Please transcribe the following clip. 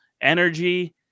energy